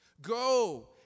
Go